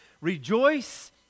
rejoice